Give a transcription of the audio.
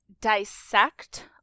dissect